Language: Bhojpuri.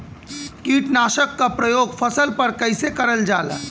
कीटनाशक क प्रयोग फसल पर कइसे करल जाला?